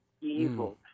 evil